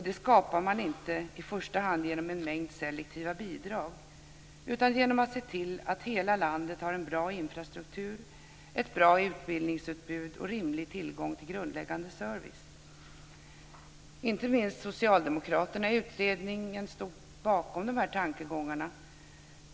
Det skapar man inte i första hand genom en mängd selektiva bidrag utan genom att se till att hela landet har en bra infrastruktur, ett bra utbildningsutbud och rimlig tillgång till grundläggande service. Inte minst socialdemokraterna i utredningen stod bakom de tankegångarna.